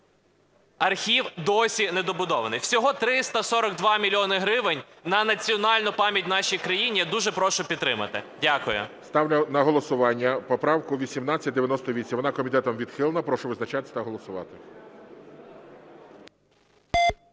архів досі недобудований. Всього 342 мільйони гривень на національну пам'ять в нашій країні. Я дуже прошу підтримати. Дякую. ГОЛОВУЮЧИЙ. Ставлю на голосування поправку 1898. Вона комітетом відхилена. Прошу визначатись та голосувати.